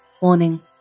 Warning